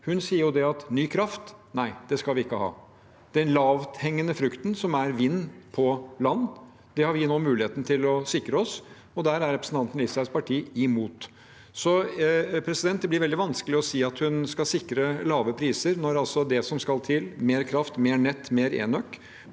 Hun sier jo at ny kraft skal vi ikke ha. Den lavthengende frukten som vind på land er, har vi nå muligheten til å sikre oss, og det er representanten Listhaugs parti imot. Så det blir veldig vanskelig å si at hun skal sikre lave priser, når det som altså skal til – mer kraft, mer nett, mer enøk